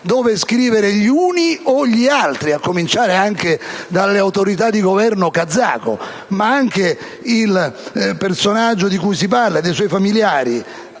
dove scrivere gli uni o gli altri, a cominciare anche dalle autorità del Governo kazako, ma vale anche per il personaggio di cui si parla, Ablyazov, e i suoi familiari.